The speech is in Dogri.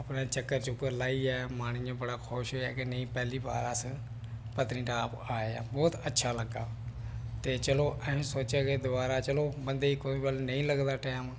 अपने चक्कर चुक्कर लाइयै मन इ'यां बड़ा खुश होएआ नेईं पैह्ली बार अस पतनीटाप आए आं बहुत अच्छा लग्गा ते चलो असें सोचेआ कि दबारा चलो बंदे गी कुदै बेल्लै नेईं लगदा टैम